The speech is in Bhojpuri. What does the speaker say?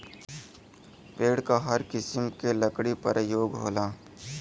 पेड़ क हर किसिम के लकड़ी परयोग होला